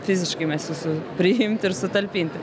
fiziškai mes jūsų priimt ir sutalpinti